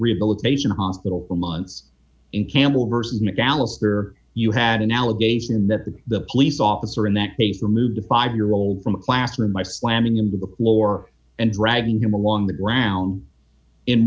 rehabilitation hospital for months in campbell versus dallas there you had an allegation that the police officer in that case removed a five year old from a classroom my slamming into the floor and dragging him along the ground in